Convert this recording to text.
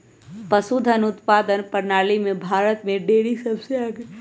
पशुधन उत्पादन प्रणाली में भारत में डेरी सबसे आगे हई